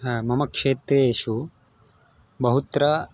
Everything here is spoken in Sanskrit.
मम क्षेत्रेषु बहुत्र